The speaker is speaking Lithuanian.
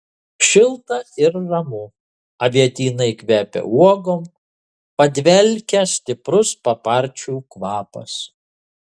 šilta ir ramu avietynai kvepia uogom padvelkia stiprus paparčių kvapas